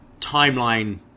Timeline